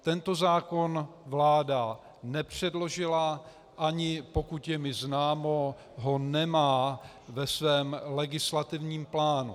Tento zákon vláda nepředložila a ani, pokud je mi známo, ho nemá ve svém legislativním plánu.